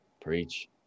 Preach